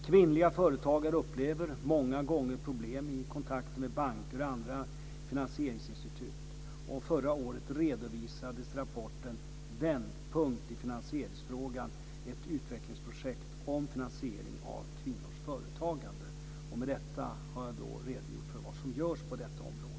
Kvinnliga företagare upplever många gånger problem i kontakter med banker och andra finansieringsinstitut. Förra året redovisades rapporten Vändpunkt i finansieringsfrågan, ett utvecklingsprojekt om finansiering av kvinnors företagande. Med detta har jag redogjort för vad som görs på detta område.